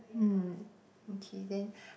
mm okay then